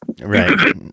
Right